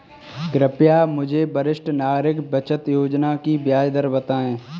कृपया मुझे वरिष्ठ नागरिक बचत योजना की ब्याज दर बताएं